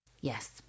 Yes